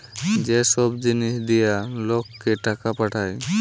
যে সব জিনিস দিয়া লোককে টাকা পাঠায়